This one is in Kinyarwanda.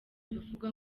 bivugwa